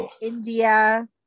India